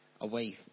away